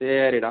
சரிடா